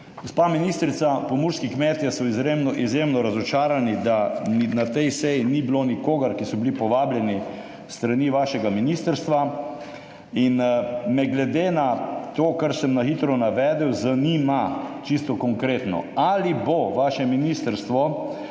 Gospa ministrica, pomurski kmetje so izjemno razočarani, da na tej seji ni bilo nikogar od povabljenih s strani vašega ministrstva. Glede na to, kar sem na hitro navedel, me čisto konkretno zanima: Ali bo vaše ministrstvo